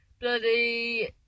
bloody